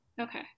Okay